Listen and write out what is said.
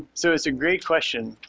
so it's a great question.